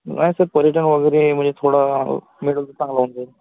नाही सर पर्यटन वगैरे म्हणजे थोडा मिडल तर चांगला होऊन जाईल